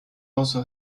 also